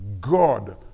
God